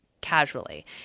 casually